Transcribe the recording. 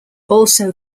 also